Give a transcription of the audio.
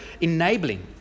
enabling